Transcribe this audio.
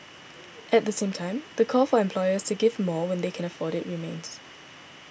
at the same time the call for employers to give more when they can afford it remains